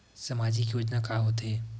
सामाजिक योजना का होथे?